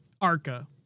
Arca